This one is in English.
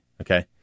Okay